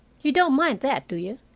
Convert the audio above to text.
you don't mind that, do you?